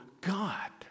God